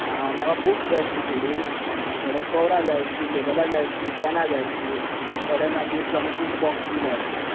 आ म्हाका बुक्स जाय आसले थोडे मागीर थोडे कवरा जाय आसली लेबलां जाय आसली पेनां जाय आसली थोडे मागीर जोमेट्रीचे बॉक्स बिन जाय आसले